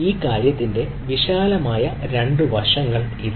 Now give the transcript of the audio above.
ഈ കാര്യത്തിന്റെ വളരെ വിശാലമായ രണ്ട് വശങ്ങൾ ഇതാണ്